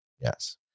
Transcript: Yes